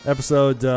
Episode